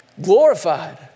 glorified